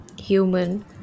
human